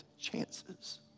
chances